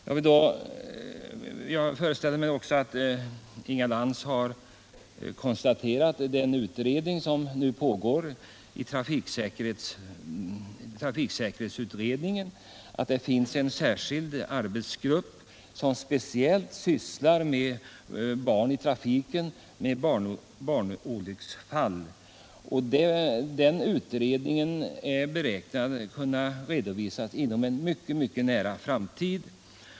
Jag antar att Inga Lantz har kunnat konstatera att det nu pågår en utredning om trafiksäkerhet och att en särskild arbetsgrupp speciellt sysslar med frågor om barn i trafik och barnolycksfall. Utredningen beräknas kunna bli redovisad inom en mycket nära framtid.